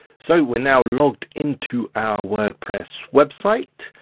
so we're now logged into our wordpress website.